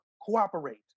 cooperate